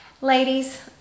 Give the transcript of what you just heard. Ladies